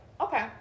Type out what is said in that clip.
okay